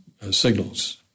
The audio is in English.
signals